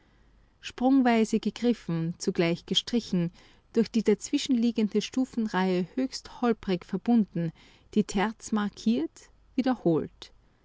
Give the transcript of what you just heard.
sprungweise gegriffen zugleich gestrichen durch die dazwischenliegende stufenreihe höchst holperig verbunden die terz markiert wiederholt